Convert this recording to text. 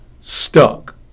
stuck